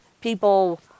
people